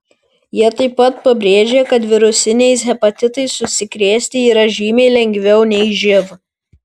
jie taip pat pabrėžė kad virusiniais hepatitais užsikrėsti yra žymiai lengviau nei živ